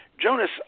Jonas